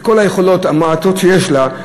בכל היכולות המועטות שיש לה,